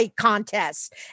contest